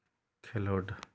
ᱠᱷᱮᱞᱳᱰ